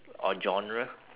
or genre